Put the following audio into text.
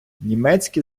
німецькі